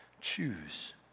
choose